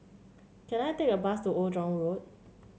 can I take a bus to Old Jurong Road